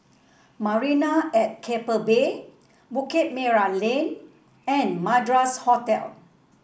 Marina at Keppel Bay Bukit Merah Lane and Madras Hotel